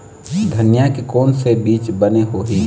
धनिया के कोन से बीज बने होही?